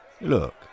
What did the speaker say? look